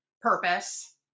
purpose